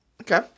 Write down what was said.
Okay